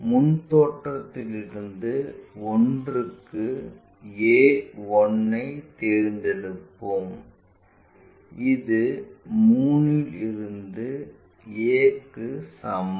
முன் தோற்றத்திலிருந்து 1 க்கு a1 ஐ தேர்ந்தெடுப்போம் அது 3 இல் இருந்து a க்கு சமம்